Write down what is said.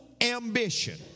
ambition